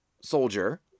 soldier